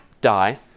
die